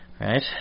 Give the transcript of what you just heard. Right